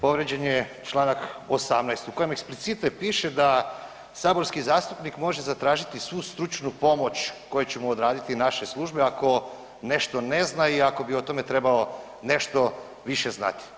Povrijeđen je članak 18. u kojem eksplicite piše da saborski zastupnik može zatražiti svu stručnu pomoć koju će mu odraditi naše službe ako nešto ne zna i ako bi o tome trebao nešto više znati.